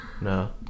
No